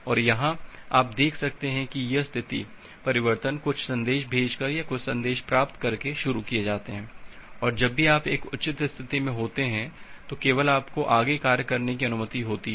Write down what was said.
और यहाँ आप देख सकते हैं कि यह स्थिति परिवर्तन कुछ संदेश भेजकर या कुछ संदेश प्राप्त करके शुरू किए जाते हैं और जब भी आप एक उचित स्थिति में होते हैं तो केवल आपको आगे कार्य करने की अनुमति होती है